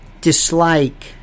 Dislike